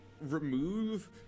remove